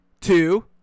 two